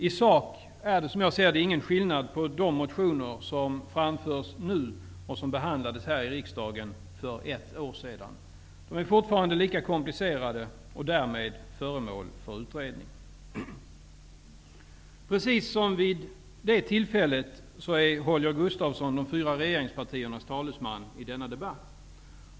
Det är som jag ser det ingen skillnad i sak på de motioner som har väckts nu och de som behandlades här i riksdagen för ett år sedan. De är fortfarande lika komplicerade och därmed föremål för utredning. Precis som vid det tillfället är Holger Gustafsson de fyra regeringspartiernas talesman i denna debatt.